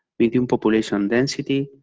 median population density,